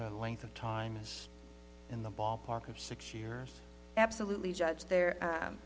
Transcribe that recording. the length of time is in the ballpark of six years absolutely judge there